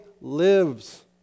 lives